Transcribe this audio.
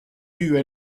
due